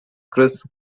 chris